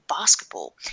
basketball